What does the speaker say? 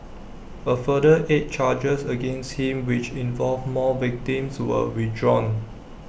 A further eight charges against him which involved more victims were withdrawn